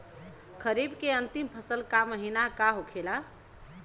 खरीफ के अंतिम फसल का महीना का होखेला?